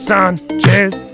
Sanchez